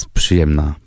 przyjemna